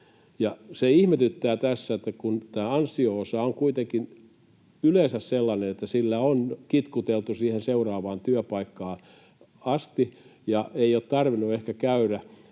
Se ihmetyttää tässä, että kun tämä ansio-osa on kuitenkin yleensä sellainen, että sillä on kitkuteltu siihen seuraavaan työpaikkaan asti ja ei ole tarvinnut ehkä käydä